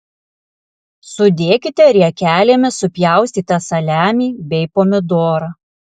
sudėkite riekelėmis supjaustytą saliamį bei pomidorą